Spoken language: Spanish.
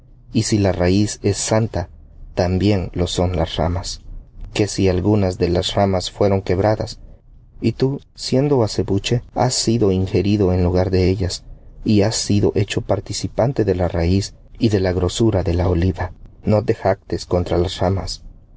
y si la raíz es santa también lo son las ramas que si algunas de las ramas fueron quebradas y tú siendo acebuche has sido ingerido en lugar de ellas y has sido hecho participante de la raíz y de la grosura de la oliva no te jactes contra las ramas